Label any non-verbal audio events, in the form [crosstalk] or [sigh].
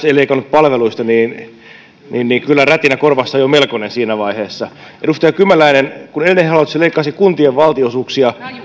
[unintelligible] ei leikannut palveluista niin niin kyllä rätinä korvassa on jo melkoinen siinä vaiheessa edustaja kymäläinen kun edellinen hallitushan leikkasi kuntien valtionosuuksia